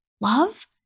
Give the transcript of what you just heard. love